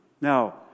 now